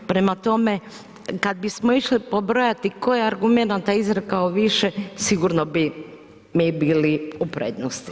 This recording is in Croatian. Prema tome, kad bismo išli pobrojati tko je argumenata izrekao više sigurno bi mi bili u prednosti.